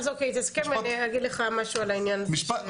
אז אוקיי, תסכם ואני אגיד לך משהו על העניין הזה.